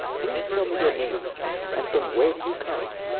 please, tell me your name and from where do you come?